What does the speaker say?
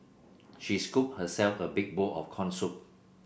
she scooped herself a big bowl of corn soup